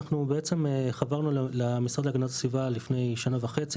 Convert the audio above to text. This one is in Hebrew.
אנחנו בעצם חברנו למשרד להגנת הסביבה לפני שנה וחצי,